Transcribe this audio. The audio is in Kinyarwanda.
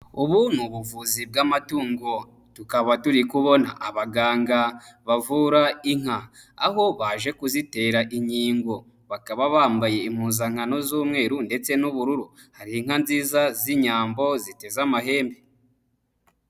Ubu ni ubuvuzi bw'amatungo. Tukaba turi kubona abaganga bavura inka, aho baje kuzitera inkingo. Bakaba bambaye impuzankano z'umweru ndetse n'ubururu. Hari inka nziza z'inyambo ziteze amahembe.